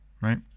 right